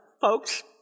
folks